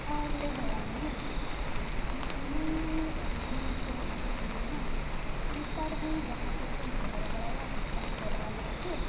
ᱟᱨᱞᱮ ᱦᱚᱦᱚᱣᱟᱢᱟ ᱢᱚᱱᱮ ᱟᱹᱰᱤᱡᱳᱨ ᱛᱤᱧ ᱠᱩᱥᱤᱭᱮᱱᱟ ᱱᱮᱛᱟᱨ ᱦᱚᱸ ᱡᱟᱦᱟᱸ ᱛᱤᱥᱤᱧ ᱩᱭᱦᱟᱹᱨ ᱵᱟᱲᱟᱭᱟ ᱱᱚᱝᱠᱟᱧ ᱠᱚᱨᱟᱣ ᱞᱮᱫ ᱫᱚ